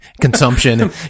consumption